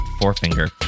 forefinger